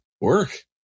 work